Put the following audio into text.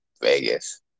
Vegas